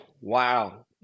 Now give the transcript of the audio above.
Wow